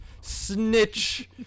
snitch